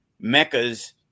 Mecca's